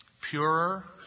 purer